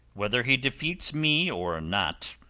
whether he defeats me or not,